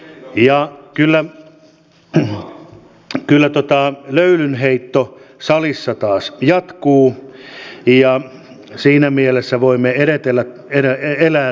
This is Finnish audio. ja kyllä löylynheitto salissa taas jatkuu ja siinä mielessä voimme elää turvallisin mielin